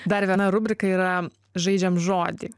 dar viena rubrika yra žaidžiam žodį